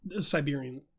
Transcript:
siberian